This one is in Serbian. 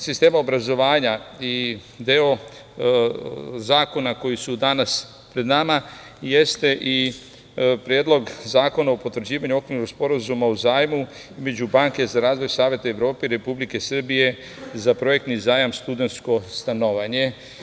Deo sistema obrazovanja i deo zakona koji su danas pred nama jeste i Predlog zakona o potvrđivanju Okvirnog sporazuma o zajmu između Banke za razvoj Saveta Evrope i Republike Srbije za projektni zajam studentsko stanovanje.